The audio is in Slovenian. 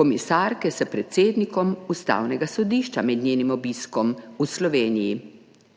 komisarke s predsednikom Ustavnega sodišča med njenim obiskom v Sloveniji,